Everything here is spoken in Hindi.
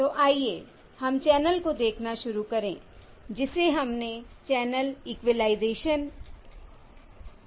तो आइए हम चैनल को देखना शुरू करें जिसे हमने चैनल इक्विलाइज़ेशन कहा है